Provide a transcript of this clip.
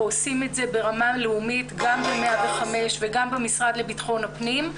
ועושים את זה ברמה לאומית גם ב-105 וגם במשרד לביטחון הפנים.